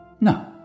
No